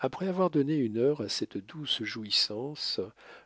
après avoir donné une heure à cette douce jouissance